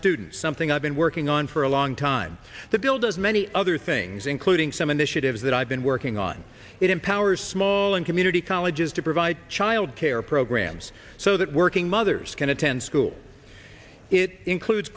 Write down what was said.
students something i've been working on for a long time the bill does many other things including some initiatives that i've been working on it empowers small and community colleges to provide child care programs so that working mothers can attend school it includes